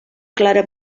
clara